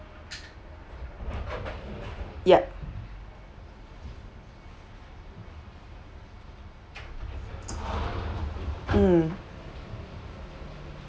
yeah mm